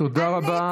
תודה רבה.